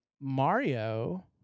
Mario